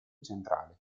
centrale